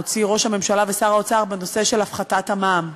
הוציאו ראש הממשלה ושר האוצר בנושא של הפחתת המע"מ,